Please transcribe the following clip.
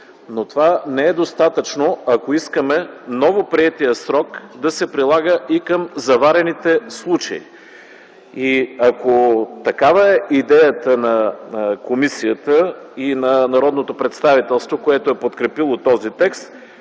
но това не е достатъчно, ако искаме новоприетият срок да се прилага и към заварените случаи. Ако такава е идеята на комисията и на народното представителство, което е подкрепило този текст,